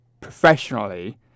Professionally